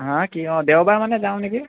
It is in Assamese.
হা কি অ দেওবাৰ মানে যাওঁ নেকি